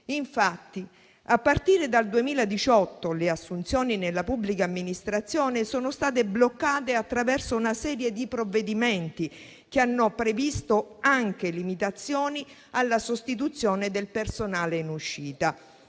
Infatti, a partire dal 2018, le assunzioni nella pubblica amministrazione sono state bloccate attraverso una serie di provvedimenti che hanno previsto anche limitazioni alla sostituzione del personale in uscita,